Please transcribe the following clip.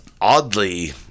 oddly